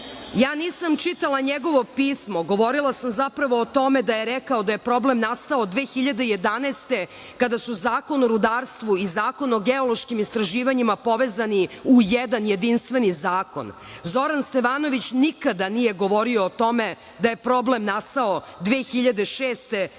Nisam čitala njegovo pismo, govorila sam zapravo o tome da je rekao da je problem nastao 2011. godine kada su Zakon o rudarstvu i Zakon o geološkim istraživanjima povezani u jedan jedinstveni zakon. Zoran Stevanović nikada nije govorio o tome da je problem nastao 2006. godine